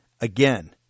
Again